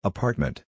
Apartment